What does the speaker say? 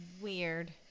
Weird